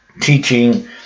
teaching